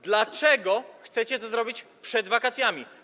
Dlaczego chcecie to zrobić przed wakacjami?